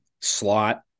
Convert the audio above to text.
slot